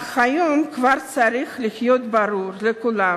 אך היום כבר צריך להיות ברור לכולם